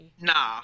Nah